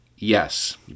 Yes